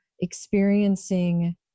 experiencing